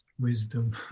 wisdom